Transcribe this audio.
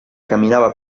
camminava